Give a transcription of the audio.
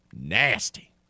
nasty